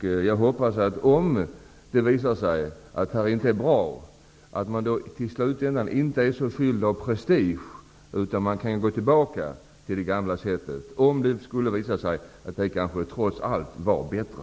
Jag hoppas att man, om det visar sig att detta inte är bra, i slutänden inte är fylld av prestige, utan att man kan gå tillbaka till det gamla sättet, om det skulle visa sig att det kanske trots allt var bättre.